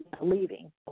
leaving